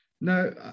No